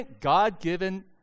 God-given